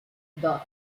dos